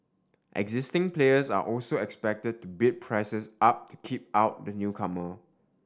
existing players are also expected to bid prices up to keep out the newcomer